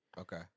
Okay